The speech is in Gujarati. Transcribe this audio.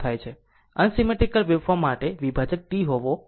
અનસીમેટ્રીકલ વેવફોર્મ માટે વિભાજક T હોવો જોઈએ